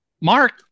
Mark